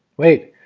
wait.